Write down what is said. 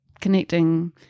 connecting